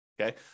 okay